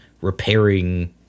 repairing